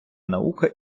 наука